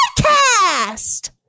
podcast